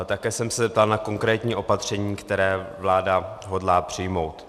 Také jsem se ptal na konkrétní opatření, která vláda hodlá přijmout.